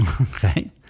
Okay